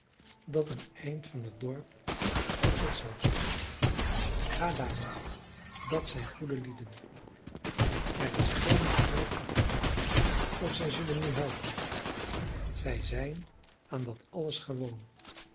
dat een eind van het dorp op zich zelf stond ga daar dat zijn goede lieden er is geene soort van gevaar of zij zullen u helpen zij zijn aan dat alles gewoon